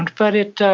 and but it